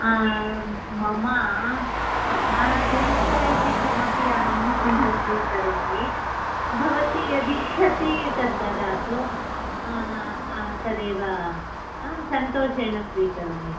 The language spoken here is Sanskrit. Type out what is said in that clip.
मम तथा शुल्कम् इति किमपि अहं न स्वीकरोमि भवती यदिच्छति तद् ददातु तदेव अहं सन्तोषेण स्वीकरोमि